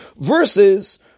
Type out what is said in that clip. Versus